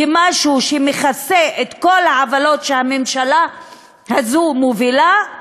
כמשהו שמכסה את כל העוולות שהממשלה הזאת מובילה,